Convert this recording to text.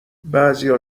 بعضیا